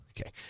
Okay